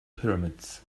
pyramids